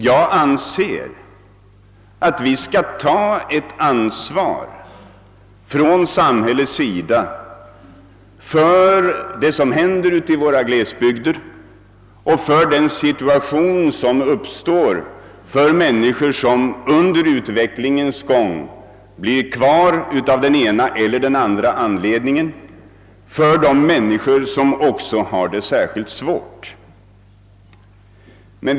Jag anser att samhället bör ta ansvaret för det som händer ute i våra glesbygder och för den situation som uppstår för de människor som av ena eller andra anledningen stannar kvar i bygden. Ofta är detta människor som har det särskilt svårt.